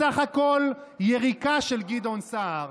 בסך הכול יריקה של גדעון סער.